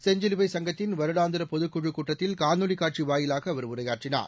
செஞ்சிலுவைச் சங்கத்தின் வருடாந்தர பொதுக்குழுக் கூட்டத்தில் காணொலிக் காட்சி வாயிலாக அவர் உரையாற்றினார்